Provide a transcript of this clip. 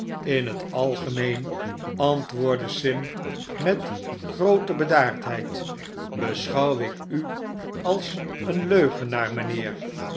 in het algemeen antwoordde sim met groote bedaardheid beschouw ik u als een leugenaar mijnheer